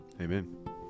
Amen